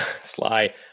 Sly